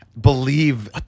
believe